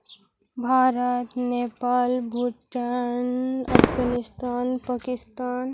Bharat Nepal Bhutan Afghanistan Pakistan